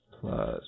plus